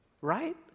right